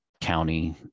county